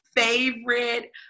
favorite